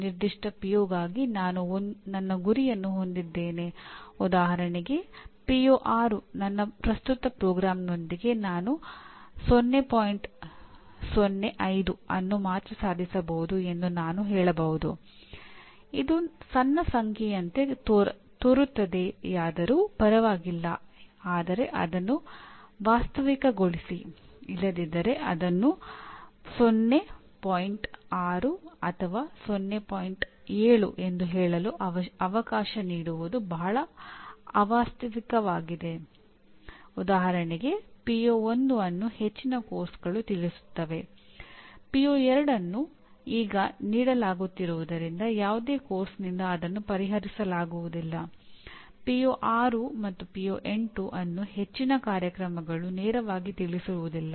ನಿರ್ದಿಷ್ಟ ಪಿಒಗಾಗಿ ಅನ್ನು ಹೆಚ್ಚಿನ ಪಠ್ಯಕ್ರಮಗಳು ತಿಳಿಸುತ್ತವೆ